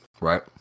right